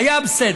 היה בסדר.